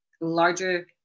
larger